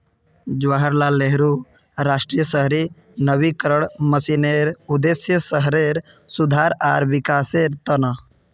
जवाहरलाल नेहरू राष्ट्रीय शहरी नवीकरण मिशनेर उद्देश्य शहरेर सुधार आर विकासेर त न